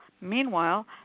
meanwhile